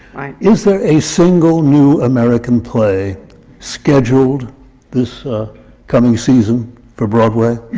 is there a single new american play scheduled this coming season for broadway?